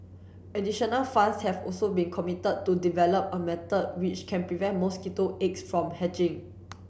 additional funds have also been committed to develop a method which can prevent mosquito eggs from hatching